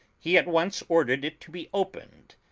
he at once ordered it to be opened,